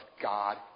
God